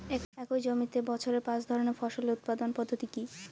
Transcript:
একই জমিতে বছরে পাঁচ ধরনের ফসল উৎপাদন পদ্ধতি কী?